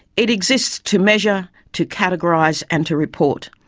it exists to measure, to categorise and to report.